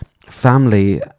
family